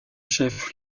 chef